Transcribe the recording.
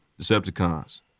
Decepticons